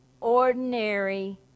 ordinary